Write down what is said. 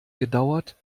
gedauert